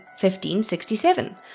1567